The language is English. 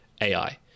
AI